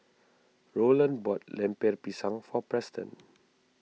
Rowland bought Lemper Pisang for Preston